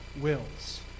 wills